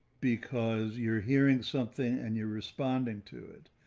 because you're hearing something and you're responding to it,